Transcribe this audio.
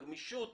נניח הגמישות